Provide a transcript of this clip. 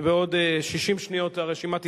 ובעוד 60 שניות הרשימה תיסגר,